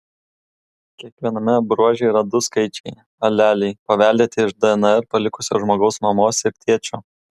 kiekviename bruože yra du skaičiai aleliai paveldėti iš dnr palikusio žmogaus mamos ir tėčio